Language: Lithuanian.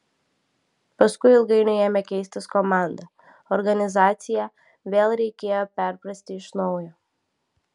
paskui ilgainiui ėmė keistis komanda organizaciją vėl reikėjo perprasti iš naujo